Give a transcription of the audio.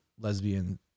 lesbian